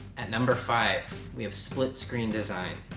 at number five we have split screen design.